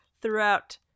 throughout